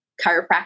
chiropractic